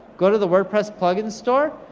go to the wordpress plugin store,